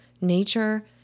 nature